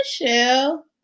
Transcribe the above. Michelle